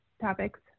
topics